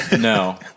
No